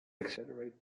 accelerate